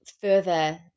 further